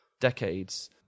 decades